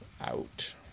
Out